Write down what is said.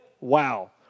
Wow